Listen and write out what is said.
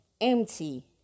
Empty